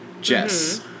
Jess